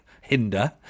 hinder